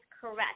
correct